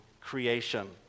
creation